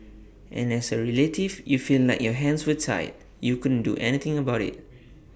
and as A relative you feel like your hands were tied you couldn't do anything about IT